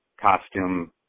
costume